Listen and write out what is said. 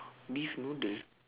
beef noodle